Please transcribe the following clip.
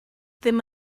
ddim